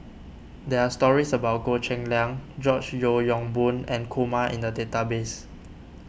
there are stories about Goh Cheng Liang George Yeo Yong Boon and Kumar in the database